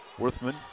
Worthman